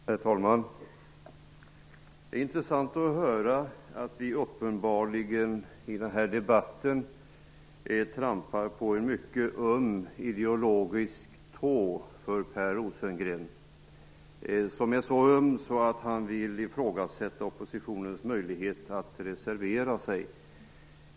Herr talman! Det är intressant att höra att vi uppenbarligen i den här debatten trampar på en för Per Rosengren ideologiskt sett mycket öm tå. Den är så öm att han vill ifrågasätta oppositionens möjlighet att reservera sig.